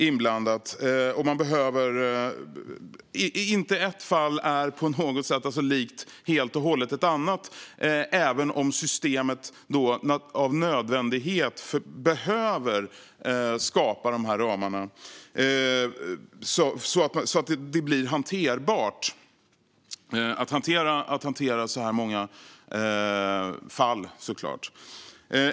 Inget fall är helt och hållet likt ett annat, så systemet behöver av nödvändighet skapa ramar så att det blir möjligt att hantera så här många fall.